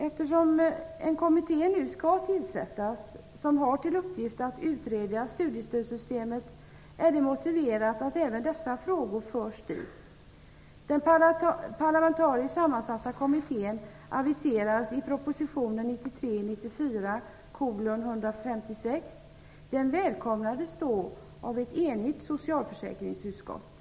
Eftersom det nu skall tillsättas en kommitté med uppgift att utreda studiestödssystemet, är det motiverat att även dessa frågor förs dit. Den parlamentariskt sammansatta kommittén aviserades i proposition 1993/94:156. Den välkomnades då av ett enigt socialförsäkringsutskott.